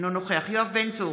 אינו נוכח יואב בן צור,